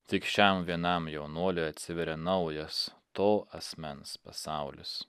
tik šiam vienam jaunuoliui atsiveria naujas to asmens pasaulis